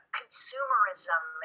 consumerism